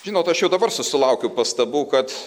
žinot aš jau dabar susilaukiu pastabų kad